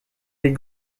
des